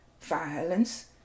violence